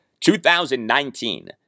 2019